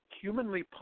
Humanly